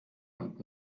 und